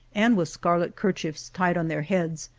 and with scarlet kerchiefs tied on their heads,